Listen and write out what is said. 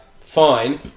Fine